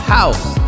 house